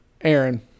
Aaron